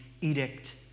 edict